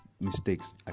mistakes